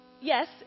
Yes